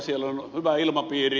siellä on hyvä ilmapiiri